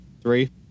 Three